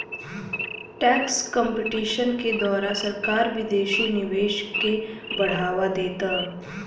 tax competition के द्वारा सरकार विदेशी निवेश के बढ़ावा देता